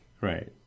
right